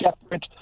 separate